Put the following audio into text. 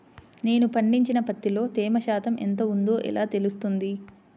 నేను పండించిన పత్తిలో తేమ శాతం ఎంత ఉందో ఎలా తెలుస్తుంది?